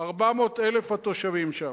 400,000 התושבים שם.